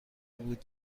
بود